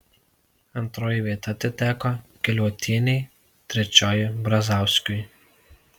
antroji vieta atiteko keliuotienei trečioji brazauskiui